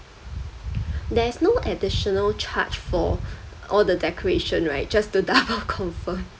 there is no additional charge for all the decoration right just to double confirm